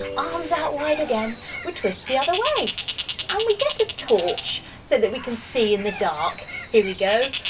arms out wide again we twist the other way and we get a torch so that we can see in the dark. here we go,